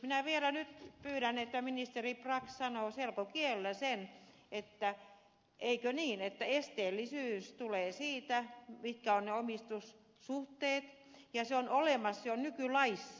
minä vielä nyt pyydän että ministeri brax sanoo selkokielellä sen että eikö niin esteellisyys tulee siitä mitkä ovat ne omistussuhteet ja se on olemassa jo nykylaissa